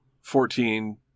fourteen